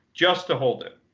just to hold it.